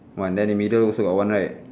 one then the middle also got [one] right